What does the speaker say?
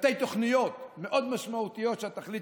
תתי-תוכניות מאוד משמעותיות שהתכלית